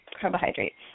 carbohydrates